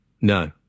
No